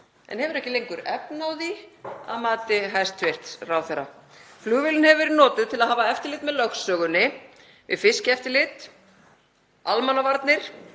en hefur ekki lengur efni á því að mati hæstv. ráðherra. Flugvélin hefur verið notuð til að hafa eftirlit með lögsögunni, við fiskveiðieftirlit, almannavarnir